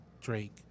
Drake